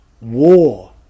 war